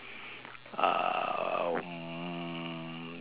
um